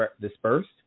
dispersed